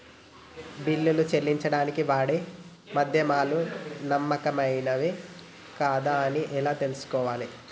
బిల్లులు చెల్లించడానికి వాడే మాధ్యమాలు నమ్మకమైనవేనా కాదా అని ఎలా తెలుసుకోవాలే?